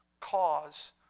cause